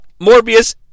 Morbius